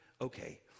okay